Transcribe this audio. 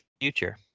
future